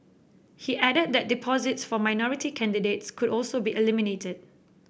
he added that deposits for minority candidates could also be eliminated